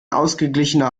ausgeglichener